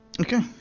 Okay